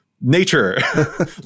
nature